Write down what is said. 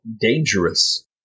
dangerous